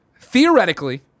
theoretically